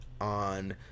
on